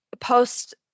Post-